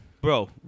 Bro